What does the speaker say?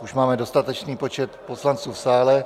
Už máme dostatečný počet poslanců v sále.